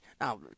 Now